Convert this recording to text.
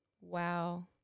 Wow